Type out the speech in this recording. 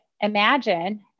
imagine